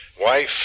Wife